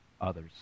others